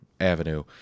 avenue